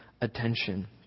attention